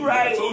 Right